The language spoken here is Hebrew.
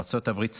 ארצות הברית סירבה,